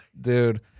Dude